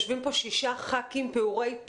ישבים פה 6 ח"כים פעורי פה,